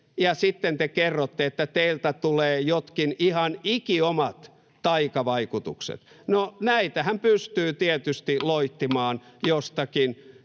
ja sitten te kerrotte, että teiltä tulee jotkin ihan ikiomat taikavaikutukset. No, näitähän pystyy tietysti loihtimaan jostakin